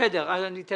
שינו את